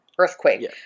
earthquake